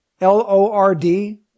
L-O-R-D